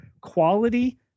quality